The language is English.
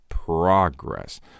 progress